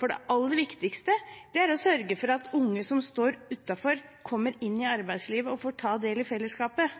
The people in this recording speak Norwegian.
Det aller viktigste er å sørge for at unge som står utenfor, kommer inn i arbeidslivet og får ta del i fellesskapet.